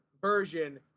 version